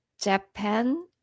Japan